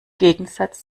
gegensatz